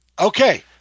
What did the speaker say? Okay